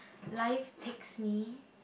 life takes me